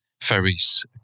Ferries